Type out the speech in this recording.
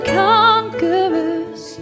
conquerors